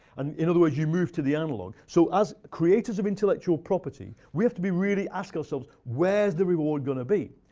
and in other words, you move to the analog. so as creators of intellectual property, we have to really ask ourselves, where is the reward going to be?